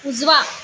उजवा